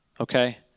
okay